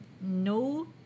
No